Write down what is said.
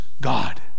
God